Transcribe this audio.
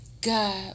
God